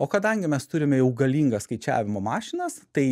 o kadangi mes turime jau galingas skaičiavimo mašinas tai